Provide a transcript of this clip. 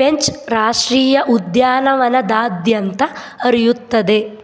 ಪೆಂಚ್ ರಾಷ್ಟ್ರೀಯ ಉದ್ಯಾನವನದಾದ್ಯಂತ ಹರಿಯುತ್ತದೆ